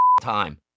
time